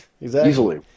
Easily